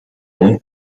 اون